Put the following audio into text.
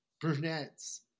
brunettes